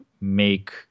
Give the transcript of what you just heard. make